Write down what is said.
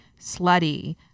slutty